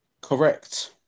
Correct